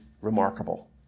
remarkable